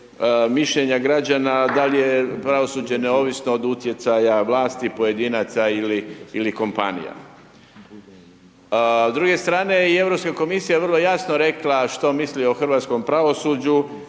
mišljenja građana, da li je pravosuđe neovisno od utjecaja vlasti, pojedinaca ili kompanija. S druge strane, i Europska komisija je vrlo jasna rekla što misli o hrvatskom pravosuđu